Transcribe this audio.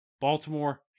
Baltimore